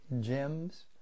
gems